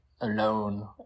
alone